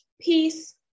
peace